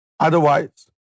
Otherwise